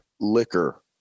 liquor